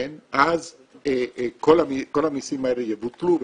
אז כל המסים האלה יבוטלו וכו'.